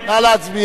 נא להצביע.